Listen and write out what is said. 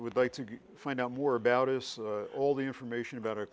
would like to find out more about it all the information about her